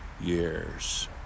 years